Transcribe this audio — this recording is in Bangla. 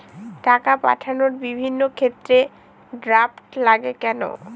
টাকা পাঠানোর বিভিন্ন ক্ষেত্রে ড্রাফট লাগে কেন?